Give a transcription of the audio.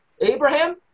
Abraham